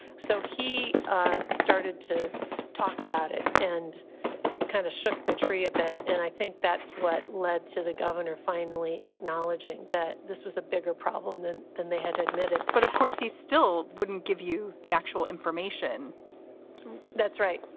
so he ah started to talk about it and kind of shook the tree a bit. and i think that's what led to the governor finally acknowledging that this was a bigger problem than than they had admitted but, of course, he still wouldn't give you the actual information that's right.